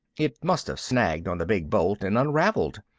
it must have snagged on the big bolt and unraveled.